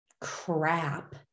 crap